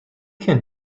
can